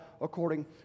according